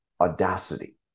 audacity